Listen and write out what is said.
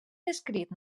descrit